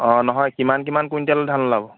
অঁ নহয় কিমান কিমান কুইণ্টেল ধান ওলাব